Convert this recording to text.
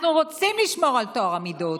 אנחנו רוצים לשמור על טוהר המידות